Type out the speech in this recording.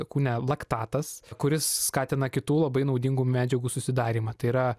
kūne laktatas kuris skatina kitų labai naudingų medžiagų susidarymą tai yra